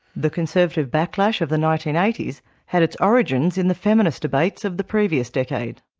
the conservative backlash of the nineteen eighty s had its origins in the feminist debates of the previous decade.